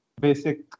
basic